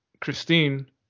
Christine